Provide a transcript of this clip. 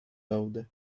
laude